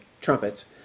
trumpets